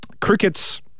cricket's